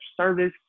service